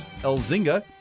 Elzinga